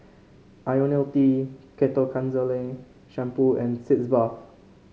IoniL T Ketoconazole Shampoo and Sitz Bath